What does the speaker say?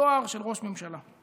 תואר של ראש ממשלה,